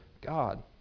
God